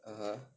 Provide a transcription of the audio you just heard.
(uh huh)